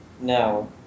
No